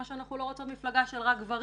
שאנחנו לא רוצות מפלגה רק של גברים.